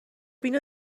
اینو